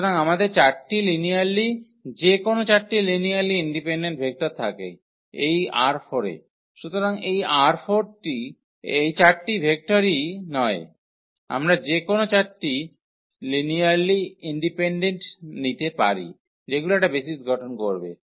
সুতরাং আমাদের 4 টি লিনিয়ারলি যেকোনো 4 টি লিনিয়ারলি ইন্ডিপেন্ডেন্ট ভেক্টর থাকে এই ℝ4 এ শুধু এই 4 টি ভেক্টরই নয় আমরা যে কোনও 4 টি লিনিয়ারলি ইন্ডিপেনডেন্ট নিতে পারি যেগুলো একটা বেসিস গঠন করবে